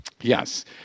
yes